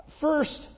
first